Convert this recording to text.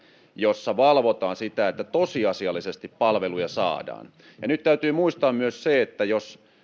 jossa valvotaan sitä että tosiasiallisesti palveluja saadaan nyt täytyy muistaa myös se että